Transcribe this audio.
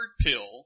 pill